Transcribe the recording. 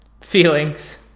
feelings